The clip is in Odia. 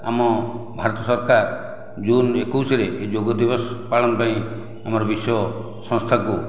ଆମ ଭାରତ ସରକାର ଜୁନ ଏକୋଇଶରେ ଏ ଯୋଗ ଦିବସ ପାଳନ ପାଇଁ ଆମର ବିଶ୍ୱ ସଂସ୍ଥାକୁ